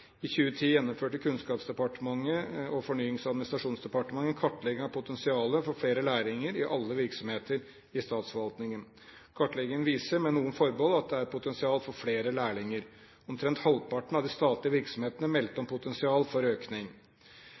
I 2010 gjennomførte Kunnskapsdepartementet og Fornyings- og administrasjonsdepartementet en kartlegging av potensialet for flere lærlinger i alle virksomheter i statsforvaltningen. Kartleggingen viser med noen forbehold at det er et potensial for flere lærlinger. Omtrent halvparten av de statlige virksomhetene meldte om et potensial for økning.